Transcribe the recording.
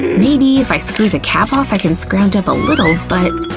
maybe if i screw the cap off i can scrounge up a little but.